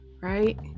right